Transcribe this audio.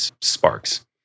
sparks